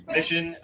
Mission